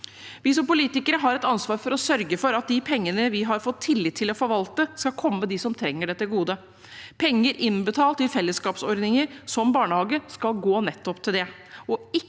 Vi som politikere har et ansvar for å sørge for at de pengene vi har fått tillit til å forvalte, skal komme dem som trenger det, til gode. Penger innbetalt til fellesskapsordninger som barnehage, skal gå nettopp til det,